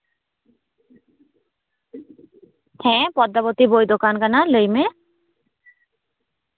ᱦᱮᱸ ᱯᱚᱫᱫᱟᱵᱚᱛᱤ ᱵᱳᱭ ᱫᱚᱠᱟᱱ ᱠᱟᱱᱟ ᱞᱟᱹᱭ ᱢᱮ